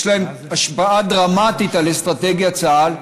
יש להן השפעה דרמטית על אסטרטגיית צה"ל,